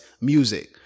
music